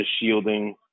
shielding